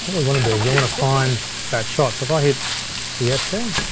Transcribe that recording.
wanna do is we wanna find that shot. so if i hit the f key,